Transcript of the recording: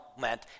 meant